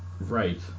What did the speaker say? Right